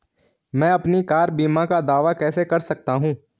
मैं अपनी कार बीमा का दावा कैसे कर सकता हूं?